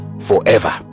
forever